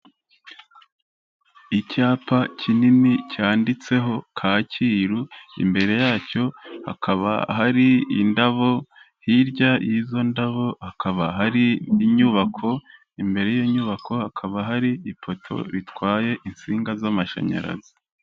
Icyapa kinini cyanditseho Kacyiru, imbere yacyo hakaba hari indabo, hirya y'izo ndaho hakaba hari inyubako, imbere y'iyo inyubako hakaba hari ipoto ritwaye insinga z'amashanyarazi.